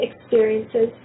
experiences